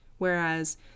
Whereas